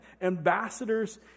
ambassadors